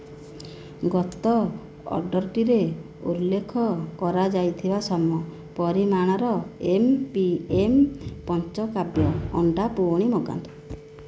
ଗତ ଅର୍ଡ଼ର୍ଟିରେ ଉଲ୍ଲେଖ କରାଯାଇଥିବା ସମ ପରିମାଣର ଏମ୍ ପି ଏମ୍ ପଞ୍ଚକାବ୍ୟ ଅଣ୍ଡା ପୁଣି ମଗାନ୍ତୁ